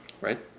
right